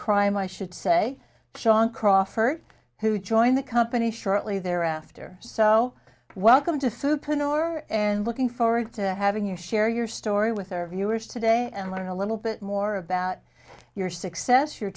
crime i should say sean crawford who joined the company shortly thereafter so welcome to supernova are and looking forward to having your share your story with our viewers today and learn a little bit more about your success your